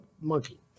monkey